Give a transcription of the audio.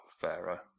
Pharaoh